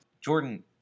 Jordan